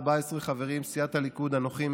14 חברים: מסיעת הליכוד: אנוכי,